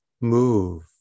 move